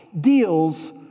deals